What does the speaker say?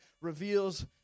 reveals